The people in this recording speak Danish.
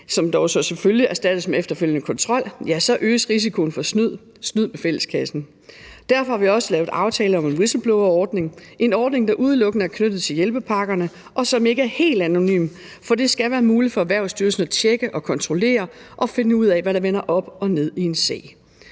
som dog så selvfølgelig erstattes med efterfølgende kontrol, ja, så øges risikoen for snyd med fælleskassen. Derfor har vi også lavet en aftale om en whistleblowerordning – en ordning, der udelukkende er knyttet til hjælpepakkerne, og som ikke er helt anonym, for det skal være muligt for Erhvervsstyrelsen at tjekke og kontrollere og finde ud af, hvad der vender op og ned i en sag.